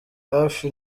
hafi